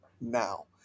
now